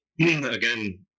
Again